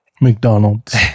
McDonald's